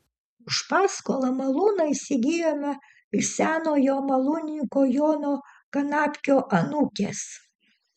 už paskolą malūną įsigijome iš senojo malūnininko jono kanapkio anūkės